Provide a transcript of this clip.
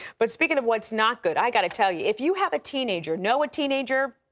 but speaking of whats not good, ive got to tell you, if you have a teenager, know a teenager,